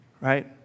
Right